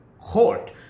court